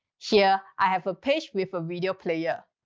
here, i have a page with a video player.